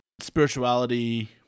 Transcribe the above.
spirituality